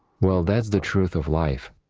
well, that's the truth of life.